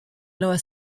lower